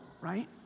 right